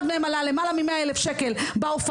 מהם עלה למעלה מ-100 אלף שקל בהופעות,